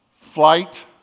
flight